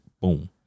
boom